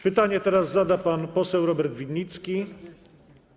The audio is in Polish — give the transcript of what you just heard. Pytanie teraz zada pan poseł Robert Winnicki.